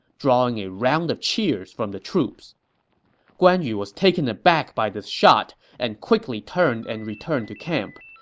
drawing a round of cheers from the troops guan yu was taken aback by this shot and quickly turned and returned to camp.